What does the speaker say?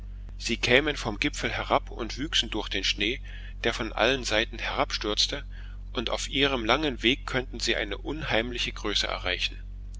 sie kämen vom gipfel herab und wüchsen durch den schnee der von beiden seiten herabstürze und auf ihrem langen weg könnten sie eine unheimliche größe erreichen